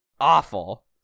Awful